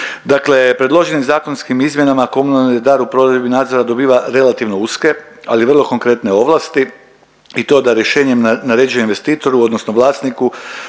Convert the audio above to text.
Dakle, predloženim zakonskim izmjenama komunalni redar u provedbi nadzora dobiva relativno uske, ali vrlo konkretne ovlasti i to da rješenjem naređuje investitoru odnosno vlasniku